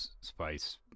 spice